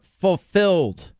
fulfilled